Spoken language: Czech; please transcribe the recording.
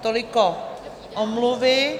Toliko omluvy.